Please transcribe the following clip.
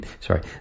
Sorry